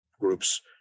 groups